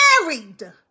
married